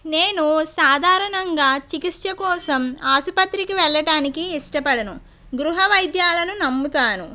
నేను సాధారణంగా చికిత్స కోసం ఆసుపత్రికి వెళ్ళడానికి ఇష్టపడను గృహ వైద్యాలను నమ్ముతాను